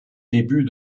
début